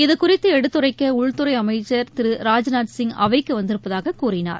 இதுகுறித்து எடுத்துரைக்க உள்துறை அமைச்சர் திரு ராஜ்நாத் சிங் அவைக்கு வந்திருப்பதாக கூறினார்